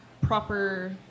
proper